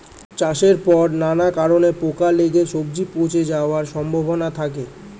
চাষের পর নানা কারণে পোকা লেগে সবজি পচে যাওয়ার সম্ভাবনা থাকে